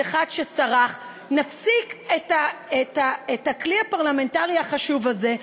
אחד שסרח נפסיק את הכלי הפרלמנטרי החשוב הזה,